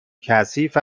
کثیف